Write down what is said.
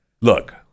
look